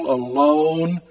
alone